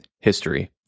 history